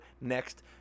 next